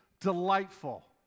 delightful